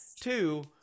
Two